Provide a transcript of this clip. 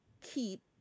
keep